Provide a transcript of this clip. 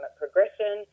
progression